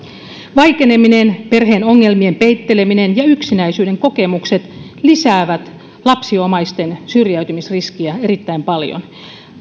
vaikeneminen perheen ongelmien peitteleminen ja yksinäisyyden kokemukset lisäävät lapsiomaisten syrjäytymisriskiä erittäin paljon